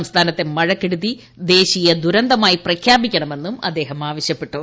സംസ്ഥാനത്തെ മഴക്കെടുതി ദേശീയ ദുരന്തമായി പ്രഖ്യാപിക്കണമെന്നും അദ്ദേഹം ആവശ്യപ്പെട്ടു